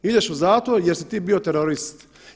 Ideš u zatvor jer si ti bio terorist.